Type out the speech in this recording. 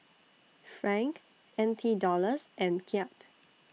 Franc N T Dollars and Kyat